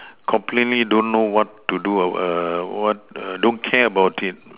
completely don't know what to do what don't care about it